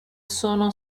sono